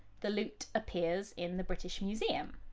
the loot appears in the british museum.